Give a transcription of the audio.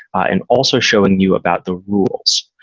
and also showing you about the rules.